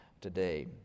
today